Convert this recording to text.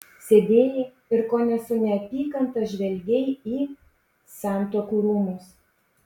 sėdėjai ir kone su neapykanta žvelgei į santuokų rūmus